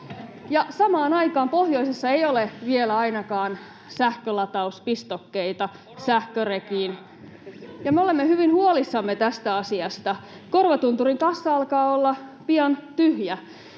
aikaan ainakaan pohjoisessa ei ole vielä sähkölatauspistokkeita sähkörekiin. [Eduskunnasta: Porot syö jäkälää!] Me olemme hyvin huolissamme tästä asiasta. Korvatunturin kassa alkaa olla pian tyhjä.